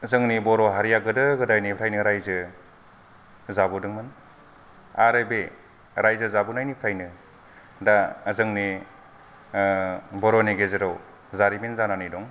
जोंनि बर' हारिया गोदो गोदायनिफ्रायनो रायजो जाबोदोंमोन आरो बे रायजो जाबोनायनिफ्रायनो दा जोंनि बर'नि गेजेराव जारिमिन जानानै दं